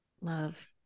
Love